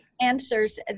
answers